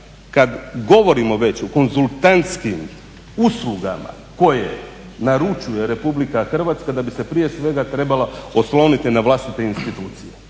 kad govorimo već o konzultantskim uslugama koje naručuje Republika Hrvatska da bi se prije svega trebala osloniti na vlastite institucije.